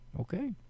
Okay